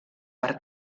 per